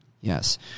Yes